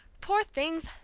poor things,